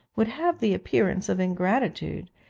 would have the appearance of ingratitude,